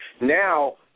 Now –